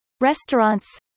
restaurants